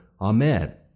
Amen